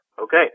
Okay